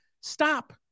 stop